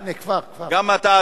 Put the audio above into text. גם אתה,